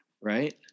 Right